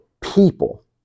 people